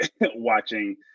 watching